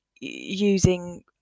using